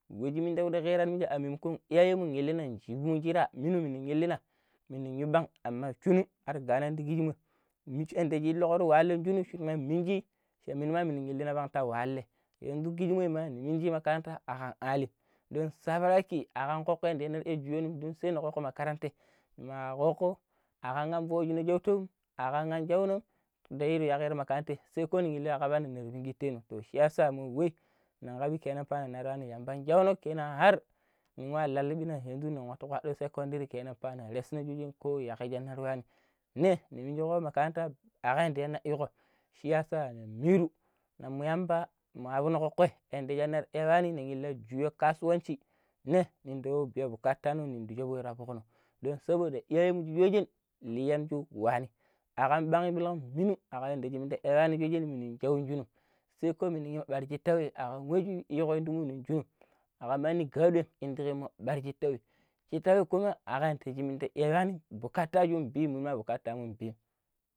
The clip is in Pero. ﻿wujin min di kai kero annjidai a maimakon iyayenmu yiilinan nshingibura minu mulangai mina yiminji bang aman chilun ɗarendijikimo muchan ya induku bogoro wahalan shinu kaiji nan minji shaniminan minangagam wahalei yanzu kijimoi ma naminji kainaka agamali don sabaraki agam kokai dii juranium sai na kokko makarantei yi ma kokko agam jan boji mai naushon aganga jauno nderi yayiko makarantei sai ko niyingo akambani ne yite guteno shiyasa mu we niwarabu kenan fa mebarangi yamba jeglo kinan har mugwalallaibi noi yanɗu ka matuƙa shi seconderi kenan pha na rasa gujinin ko yakai jarauanin wanim ne, niminjigo anta angbenu ɗina ɗigo shiyasa na miru na mu yamba ma rubunna kokai yanda julang goba kani wa nilangi guyok kasuwanchi ne, ndi nikon biyan bukata amin ninju barokono don saboda iyayenmu tubejin liyanju wani agam kam ɓilang gbulun mu abanja gamundai eyan ninje nushanjunu sai ko minuroi marge tai arimunjiu yindigo bugun yan shunu agam mani gwade inde remo gwarshitawe shitawe kuma agam tajiminda ga eranyin bukatan runbim nuram bukatan runbim.